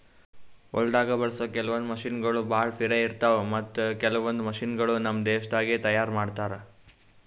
ಹೊಲ್ದಾಗ ಬಳಸೋ ಕೆಲವೊಂದ್ ಮಷಿನಗೋಳ್ ಭಾಳ್ ಪಿರೆ ಇರ್ತಾವ ಮತ್ತ್ ಕೆಲವೊಂದ್ ಮಷಿನಗೋಳ್ ನಮ್ ದೇಶದಾಗೆ ತಯಾರ್ ಮಾಡ್ತಾರಾ